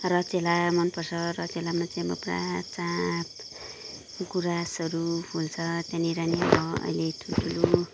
रचेला मन पर्छ रचेलामा चाहिँ म पुरा चाँप गुराँसहरू फुल्छ त्यहाँनिर अहिले ठुलठुलो